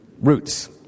Roots